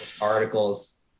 articles